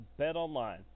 BetOnline